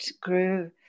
grew